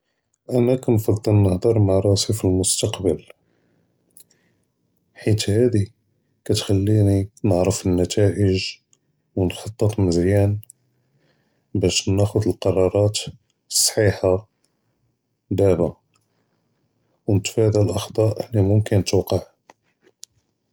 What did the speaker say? אַנָא כַּנְפַדֵּל נְהַדֵּר מְעַא רַאסִי פִּאלְמֻסְתَقְבַל, חֵית הָאדִי כַּתְחַלְּינִי נְעַרֵף אֶלְנְּתַائִיג וְנְחַטֶּט מְזְיַאן, בַּאש נְחַד אֶלְקַרְרַאת אֶלְסְּחִיחַה דַּאבָּא, וְנִתְפַּדֵּא אֶלְאַחְטָאא לִי מֻכְתַּנְתַצַ'ר.